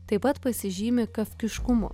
taip pat pasižymi kafkiškumu